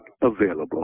available